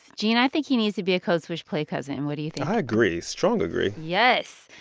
gene, i think he needs to be a code switch play cousin. what do you think? i agree, strong agree yes.